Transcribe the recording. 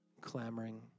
clamoring